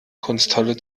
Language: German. kunsthalle